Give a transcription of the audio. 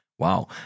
Wow